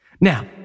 Now